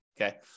Okay